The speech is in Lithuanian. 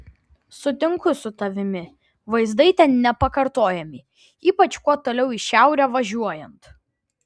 sutinku su tavimi vaizdai ten nepakartojami ypač kuo toliau į šiaurę važiuojant